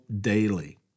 daily